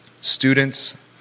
Students